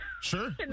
Sure